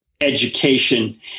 education